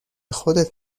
خودت